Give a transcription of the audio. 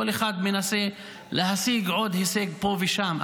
כל אחד מנסה להשיג עוד הישג פה ושם,